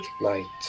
light